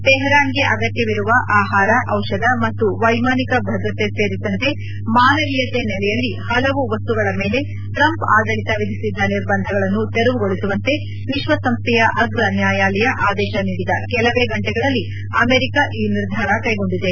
ಟೆಹರಾನ್ಗೆ ಅಗತ್ಯವಿರುವ ಆಹಾರ ಔಷಧ ಮತ್ತು ವೈಮಾನಿಕ ಭದ್ರತೆ ಸೇರಿದಂತೆ ಮಾನವೀಯತೆ ನೆಲೆಯಲ್ಲಿ ಹಲವು ವಸ್ತುಗಳ ಮೇಲೆ ಟ್ರಂಪ್ ಆಡಳಿತ ವಿಧಿಸಿದ್ದ ನಿರ್ಬಂಧಗಳನ್ನು ತೆರವುಗೊಳಿಸುವಂತೆ ವಿಶ್ವಸಂಸ್ದೆಯ ಅಗ್ರ ನ್ಯಾಯಾಲಯ ಆದೇಶ ನೀಡಿದ ಕೆಲವೇ ಗಂಟೆಗಳಲ್ಲಿ ಅಮೆರಿಕ ಈ ನಿರ್ಧಾರವನ್ನು ಕೈಗೊಂಡಿದೆ